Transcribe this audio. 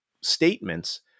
statements